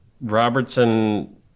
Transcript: Robertson